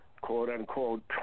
quote-unquote